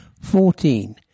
Fourteen